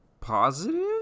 positive